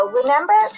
remember